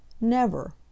Never